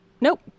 Nope